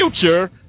future